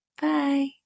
bye